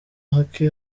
hake